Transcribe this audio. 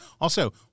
Also-